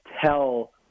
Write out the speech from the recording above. tell –